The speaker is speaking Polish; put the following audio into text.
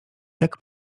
jak